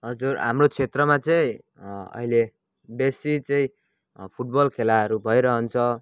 हजुर हाम्रो क्षेत्रमा चाहिँ अहिले बेसी चाहिँ फुटबल खेलाहरू भइ रहन्छ